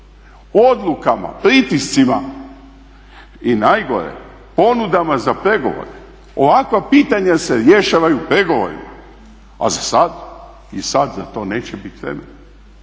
odlukama, pritiscima i najgore ponudama za pregovore. Ovakva pitanja se rješavaju pregovorima a zasad i sad za to neće biti vremena.